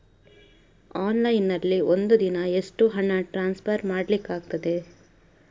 Online ನಲ್ಲಿ ಒಂದು ದಿನ ಎಷ್ಟು ಹಣ ಟ್ರಾನ್ಸ್ಫರ್ ಮಾಡ್ಲಿಕ್ಕಾಗ್ತದೆ?